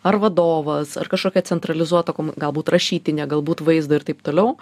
ar vadovas ar kažkokia centralizuota komu galbūt rašytine galbūt vaizdo ir taip toliau